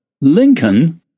Lincoln